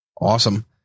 Awesome